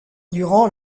durant